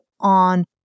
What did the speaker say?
on